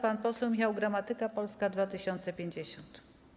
Pan poseł Michał Gramatyka, Polska 2050.